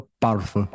powerful